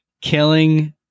killing